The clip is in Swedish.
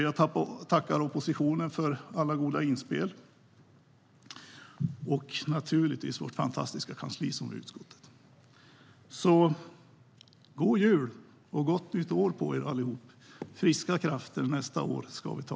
Jag tackar oppositionen för alla goda inspel, och jag tackar naturligtvis vårt fantastiska kansli. God jul och gott nytt år på er allihop - friska krafter nästa år ska vi ha!